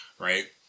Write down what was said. right